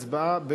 הצבעה.